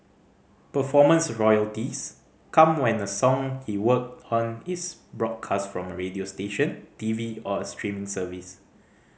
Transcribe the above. performance royalties come when a song he worked on is broadcast from a radio station T V or a streaming service